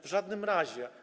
W żadnym razie.